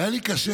היה לי קשה